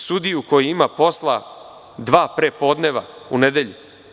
Sudiju koji ima posla dva prepodneva u nedelji.